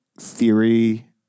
theory